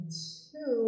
two